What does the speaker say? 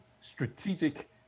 strategic